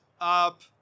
up